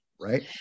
right